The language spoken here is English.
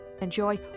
Enjoy